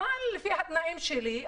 אבל לפי התנאים שלי,